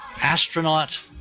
astronaut